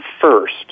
first